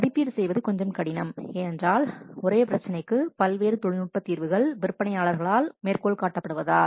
மதிப்பீடு செய்வது கொஞ்சம் கடினம் ஏனென்றால் ஒரே பிரச்சினைக்கு வெவ்வேறு தொழில்நுட்ப தீர்வுகள் விற்பனையாளர்களால் மேற்கோள் காட்டப்படுவதால்